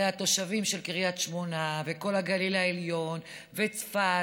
הרי התושבים של קריית שמונה וכל הגליל העליון וצפת